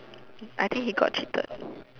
I think he got cheated